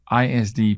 ISD